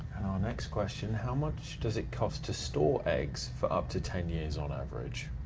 next question, how much does it cost to store eggs for up to ten years on average?